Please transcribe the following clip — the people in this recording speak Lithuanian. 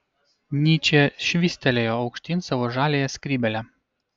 nyčė švystelėjo aukštyn savo žaliąją skrybėlę